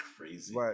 crazy